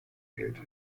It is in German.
geld